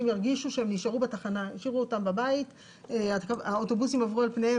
זה תרבות של חברה,